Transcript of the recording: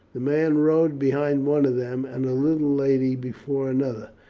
the man rode behind one of them, and the little lady before another.